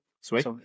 sweet